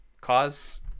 cause